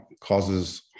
causes